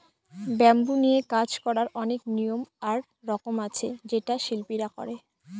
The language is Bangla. ব্যাম্বু নিয়ে কাজ করার অনেক নিয়ম আর রকম আছে যেটা শিল্পীরা করে